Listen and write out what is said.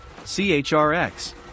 CHRX